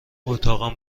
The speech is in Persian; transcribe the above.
اتاقم